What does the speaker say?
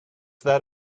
that